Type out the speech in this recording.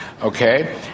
Okay